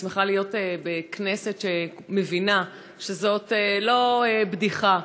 אני שמחה להיות בכנסת שמבינה שזאת לא בדיחה,